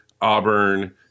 auburn